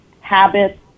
habits